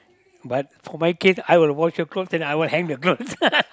but for my case I will wash the clothes then I will hang the clothes